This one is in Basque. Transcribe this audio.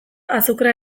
azukrea